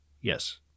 yes